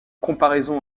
comparaison